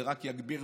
זה רק יגביר,